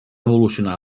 evolucionar